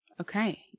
Okay